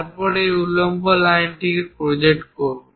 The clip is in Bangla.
তারপর এই উল্লম্ব লাইনটিকে প্রজেক্ট করুন